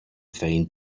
find